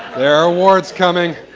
there awards coming.